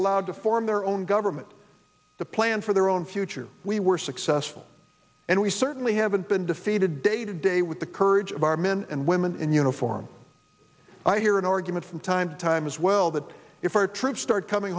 allowed to form their own government the plan for their own future we were successful and we certainly haven't been defeated day to day with the courage of our men and women in uniform i hear an argument from time to time as well that if our troops start coming